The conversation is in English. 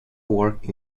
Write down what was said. work